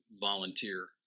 volunteer